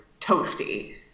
toasty